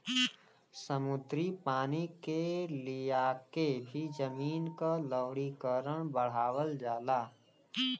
समुद्री पानी के लियाके भी जमीन क लवणीकरण बढ़ावल जाला